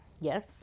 Yes